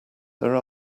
there